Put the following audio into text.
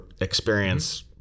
experience